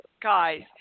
guys